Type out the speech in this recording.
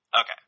Okay